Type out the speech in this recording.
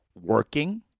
working